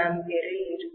3A இல் இருக்காது